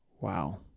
wow